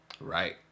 Right